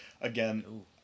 Again